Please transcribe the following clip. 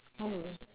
oh